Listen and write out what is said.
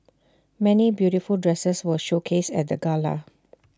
many beautiful dresses were showcased at the gala